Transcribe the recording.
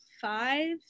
five